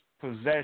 possession